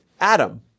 Adam